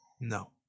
No